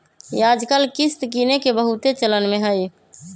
याजकाल किस्त किनेके बहुते चलन में हइ